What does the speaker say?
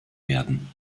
werden